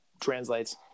translates